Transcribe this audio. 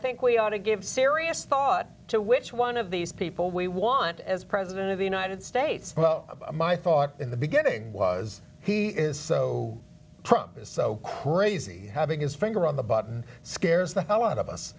think we ought to give serious thought to which one of these people we want as president of the united states well my thought in the beginning was he is so prompt is so crazy having his finger on the button scares the hell out of us